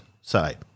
side